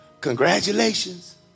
Congratulations